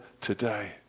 today